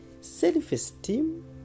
self-esteem